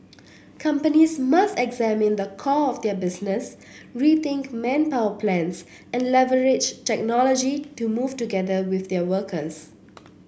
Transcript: companies must examine the core of their business rethink manpower plans and leverage technology to move together with their workers